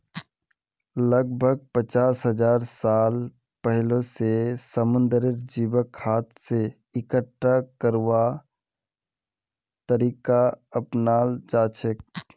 लगभग पचास हजार साल पहिलअ स समुंदरेर जीवक हाथ स इकट्ठा करवार तरीका अपनाल जाछेक